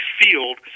field